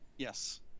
yes